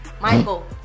Michael